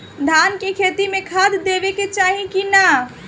धान के खेती मे खाद देवे के चाही कि ना?